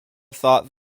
thought